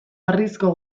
harrizko